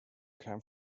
came